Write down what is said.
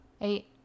Eight